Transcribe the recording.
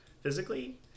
physically